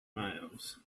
miles